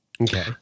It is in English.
Okay